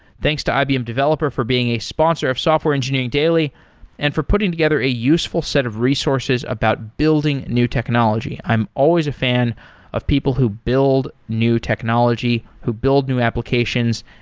thanks to ibm developer for being a sponsor of software engineering daily and for putting together a useful set of resources about building new technology. i'm always a fan of people who build new technology, who build new applications,